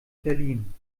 berlin